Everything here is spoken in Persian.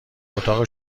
اتاق